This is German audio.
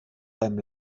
beim